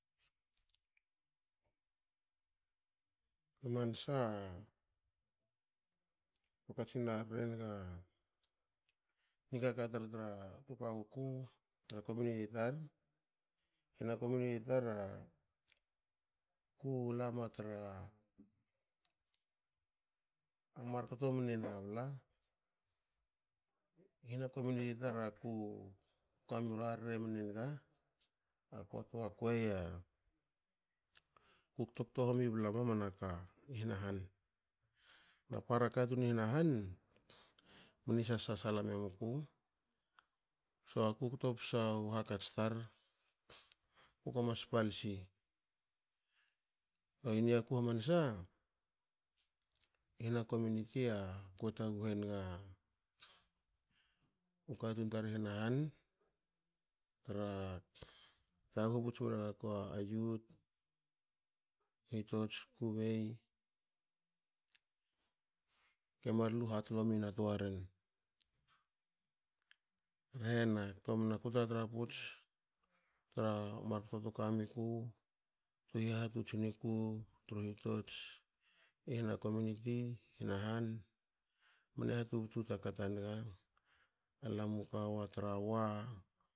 I mansa kue katsin rarre naga nikaka tar tra tukawuku na komuniti tar i hana komuniti tar ku lama tra markto mne niga bla i hana komuniti tar aku kami u rarre mne niga. akua tua kuei akui kto homi bla mamana ka i hana han na para katun i hna han mni sasala bla miku. so aku kto psa u hakats aku ko mas palsi. I niaku hamansa i hna komuniti ako taguhu enga u katun tar i hna han tra taguhu puts mregaku yut, hitots. kukubei kemar luhatolo mien a toaren hrena ktomn ku tratra puts tra markto tukamiku tu hihatots niku tru hitots i hna komuniti hna han mne hatubtu takata niga alamu kawa tra wa